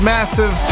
Massive